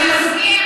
תודה.